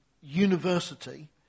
university